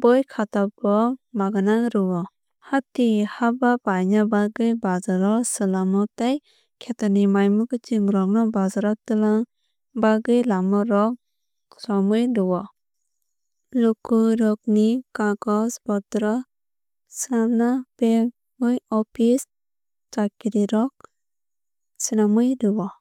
boi khata bo magnang rwu o. Hati haba paina bagwui bazar o swlamo tei kheto ni mai mwkhutwng rok no bazar o twlang bagwui lama rok swlamui rwu o. Loko rok ni kagoj potro swlamna bagwui office kachari rok swlamui rwu o.